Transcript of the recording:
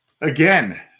again